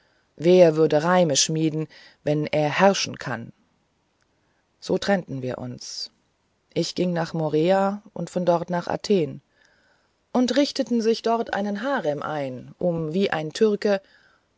wer würde reime schmieden wenn er herrschen kann so trennten wir uns ich ging nach morea und von dort nach athen und richteten sich dort einen harem ein um wie ein türke